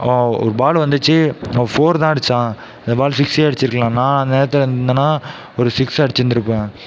அவன் பாலு வந்துச்சு அவன் ஃபோர் தான் அடிச்சான் அந்த பாலு சிக்ஸ்யே அடிச்சியிருக்கலாம் நான் அந்த நேரத்தில் இருந்தன்னா ஒரு சிக்ஸ் அடிச்சிந்துயிருப்பன்